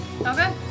Okay